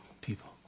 people